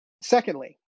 Secondly